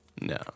No